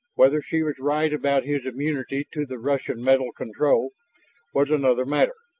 whether she was right about his immunity to the russian mental control was another matter,